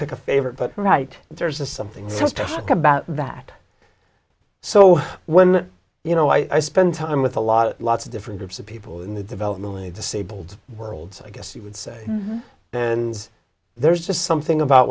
pick a favorite but right there's just something just to talk about that so when you know i spend time with a lot of lots of different groups of people in the development of the disabled world i guess you would say and there's just something about